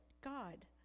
God